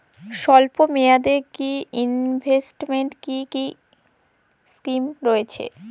স্বল্পমেয়াদে এ ইনভেস্টমেন্ট কি কী স্কীম রয়েছে?